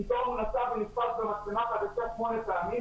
פתאום הוא נסע ונתפס במצלמה חדשה שמונה פעמים,